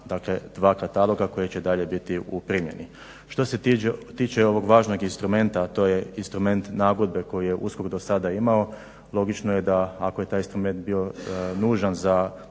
na dva kataloga koji će dalje biti u primjeni. Što se tiče ovog važnog instrumenta, a to je instrument nagodbe koji je USKOK dosad imao logično je da ako je taj instrument bio nužan za